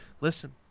listen